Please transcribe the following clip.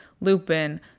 Lupin